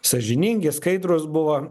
sąžiningi skaidrūs buvo